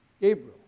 Gabriel